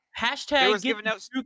hashtag